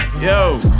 Yo